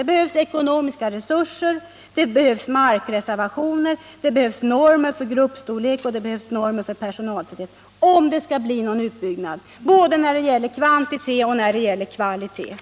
Det behövs ekonomiska resurser, det behövs markreservationer, och det behövs normer för gruppstorlek och personaltäthet, om det skall bli någon utbyggnad både när det gäller kvantiteten och när det gäller kvaliteten.